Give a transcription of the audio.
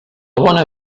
bona